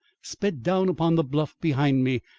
sped down upon the bluff behind me,